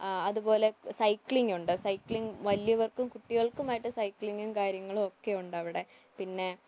ആ അതു പോലെ സൈക്കിളിങ് ഉണ്ട് സൈക്കിളിങ് വലിയവർക്കും കുട്ടികൾക്കുമായിട്ട് സൈക്കിളിങ്ങും കാര്യങ്ങളുമൊക്കെ ഉണ്ട് അവിടെ പിന്നെ